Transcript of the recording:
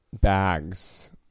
bags